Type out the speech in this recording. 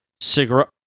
cigarette